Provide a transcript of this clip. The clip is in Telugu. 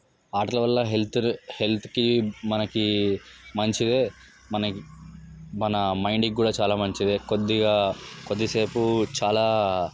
ఆటల వల్ల హెల్త్ హెల్త్కి మనకి మంచిది మనకి మన మైండ్కి కూడా చాలా మంచిది కొద్దిగా కొద్ది సేపు చాలా